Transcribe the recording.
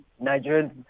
Nigerian